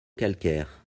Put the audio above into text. calcaire